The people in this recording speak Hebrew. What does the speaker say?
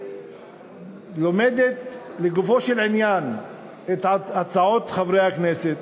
שלומדת לגופו של עניין את הצעות חברי הכנסת,